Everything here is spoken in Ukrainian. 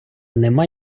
нема